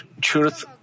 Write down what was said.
truth